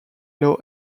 low